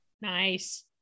Nice